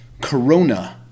Corona